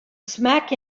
smack